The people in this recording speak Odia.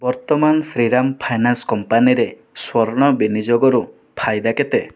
ବର୍ତ୍ତମାନ ଶ୍ରୀରାମ ଫାଇନାନ୍ସ କମ୍ପାନୀ ରେ ସ୍ଵର୍ଣ୍ଣ ବିନିଯୋଗରୁ ଫାଇଦା କେତେ